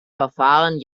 verfahren